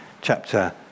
chapter